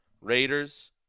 Raiders